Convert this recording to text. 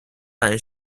反射